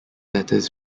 letters